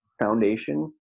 foundation